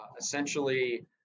essentially